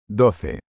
doce